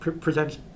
presents